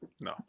No